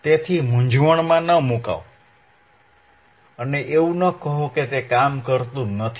તેથી મૂંઝવણમાં ન આવો અને એવું ન કહો કે તે કામ કરતું નથી